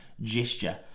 gesture